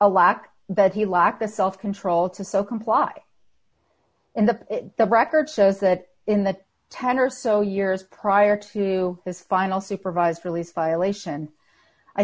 a lack that he lacked the self control to so comply in the the record shows that in the ten or so years prior to his final supervised release violation i